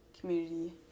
Community